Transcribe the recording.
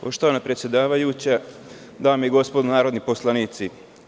Poštovana predsedavajuća, dame i gospodo narodni poslanici.